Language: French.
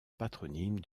patronyme